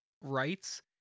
rights